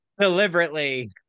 deliberately